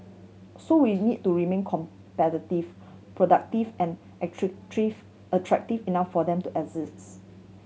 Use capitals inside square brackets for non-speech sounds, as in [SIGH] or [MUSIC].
so we need to remain competitive productive and [UNINTELLIGIBLE] attractive enough for them to [UNINTELLIGIBLE]